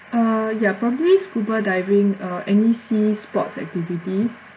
uh ya probably scuba diving uh any sea sports activities